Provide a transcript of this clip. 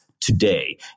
today